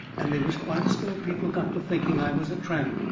and they was quite a spell people got to thinking i was a tramp,